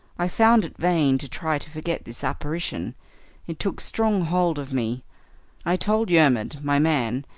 i found it vain to try to forget this apparition it took strong hold of me i told yermid, my man,